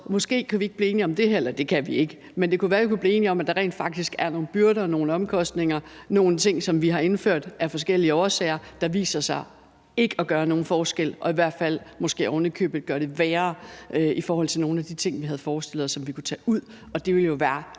det kan vi ikke – men det kunne være, vi kunne blive enige om, at der rent faktisk er nogle byrder og nogle omkostninger og nogle ting, som vi har indført af forskellige årsager, der så viser sig ikke at gøre nogen forskel og måske ovenikøbet gør det værre i forhold til nogle af de ting, vi havde forestillet os, og som vi kan tage ud. Det ville jo være